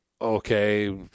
okay